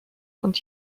und